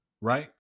Right